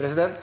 Representan-